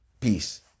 peace